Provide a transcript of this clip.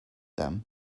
them